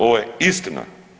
Ovo je istina.